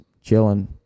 chilling